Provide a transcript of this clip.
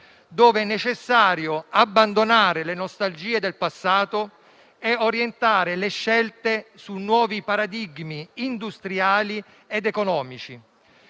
dove è necessario abbandonare le nostalgie del passato e orientare le scelte su nuovi paradigmi industriali ed economici.